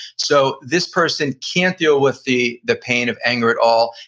so, this person can't deal with the the pain of anger at all,